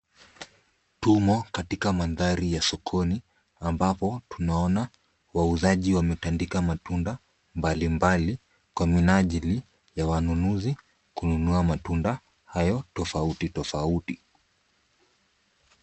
Tumo katika mandhari ya sokoni ambapo tunaona wauzaji wametandika matunda mbalimbali kwa minajili ya wanunuzi kununua matunda hayo tofauti tofauti.